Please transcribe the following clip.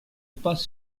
pas